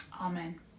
Amen